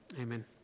Amen